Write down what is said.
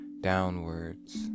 downwards